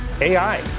AI